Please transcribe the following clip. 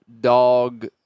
dog